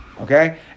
Okay